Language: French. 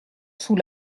sous